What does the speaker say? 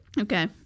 Okay